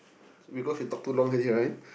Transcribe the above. see because you talk too long already right